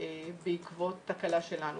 בעקבות תקלה שלנו.